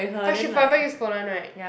but she forever use phone [one] [right]